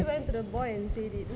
I literally went to the boy and said it